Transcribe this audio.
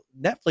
Netflix